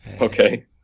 Okay